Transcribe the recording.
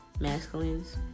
Masculines